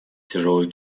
тяжелый